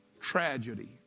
tragedy